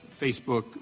Facebook